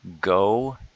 Go